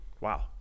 Wow